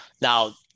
Now